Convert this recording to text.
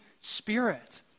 Spirit